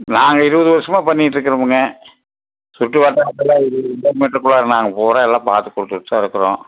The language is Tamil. நாங்கள் இருபது வருஷமாக பண்ணிகிட்டுருக்குறோமுங்க சுற்றுவட்டாரத்துல இருபது கிலோமீட்டருக்குள்ளாற நாங்கள் பூராக எல்லாம் பார்த்துக்குடுத்துட்டு தான் இருக்கிறோம்